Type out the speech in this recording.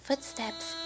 Footsteps